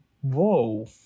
whoa